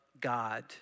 God